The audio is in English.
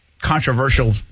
controversial